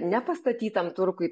nepastatytam turkui